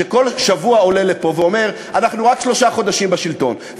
שכל שבוע עולה לפה ואומר: אנחנו רק שלושה חודשים בשלטון,